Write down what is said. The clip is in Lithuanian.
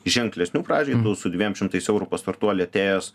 ženklesnių pradžiai su dviem šimtais eurų pas startuolį atėjęs